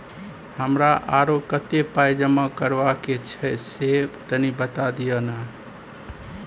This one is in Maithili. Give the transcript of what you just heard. हमरा आरो कत्ते पाई जमा करबा के छै से तनी बता दिय न?